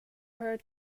her